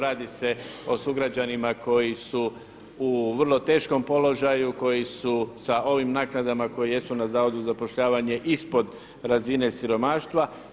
Radi se o sugrađanima koji su u vrlo teškom položaju, koji su sa ovim naknadama koje jesu na Zavodu za zapošljavanje ispod razine siromaštva.